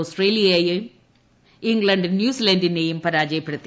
ഓസ്ട്രേലിയയേയും England ന്യൂസിലാന്റിനേയും പരാജയപ്പെടുത്തി